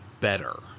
better